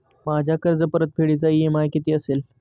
माझ्या कर्जपरतफेडीचा इ.एम.आय किती असेल?